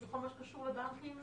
בכל מה שקשור לבנקים?